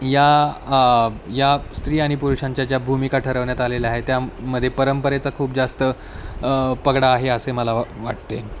या या स्त्री आणि पुरुषांच्या ज्या भूमिका ठरवण्यात आलेल्या आहेत त्यामध्ये परंपरेचा खूप जास्त पगडा आहे असे मला वा वाटते